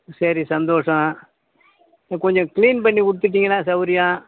சரி சந்தோஷம் கொஞ்சம் கிளீன் பண்ணி கொடுத்துட்டீங்கன்னா சவுரியம்